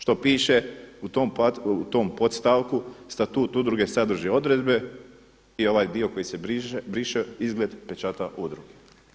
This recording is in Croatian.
Što piše u tom podstavku: „Statut udruge sadrži odredbe“ i ovaj dio koji se briše „izgled pečata udruge“